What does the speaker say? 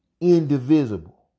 indivisible